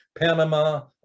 Panama